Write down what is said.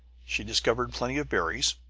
she discovered plenty of berries,